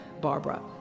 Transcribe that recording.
Barbara